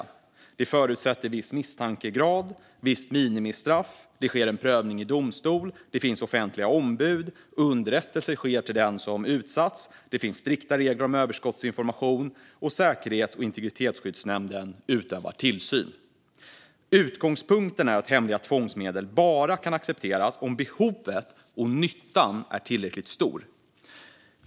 De förutsätter viss misstankegrad och visst minimistraff, det sker en prövning i domstol, det finns offentliga ombud, underrättelse sker till den som utsatts, det finns strikta regler om överskottsinformation och Säkerhets och integritetsskyddsnämnden utövar tillsyn. Utgångspunkten är att hemliga tvångsmedel bara kan accepteras om behovet och nyttan är tillräckligt stor.